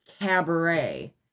cabaret